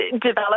develop